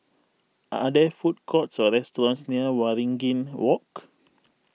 are there food courts or restaurants near Waringin Walk